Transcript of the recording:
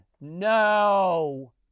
no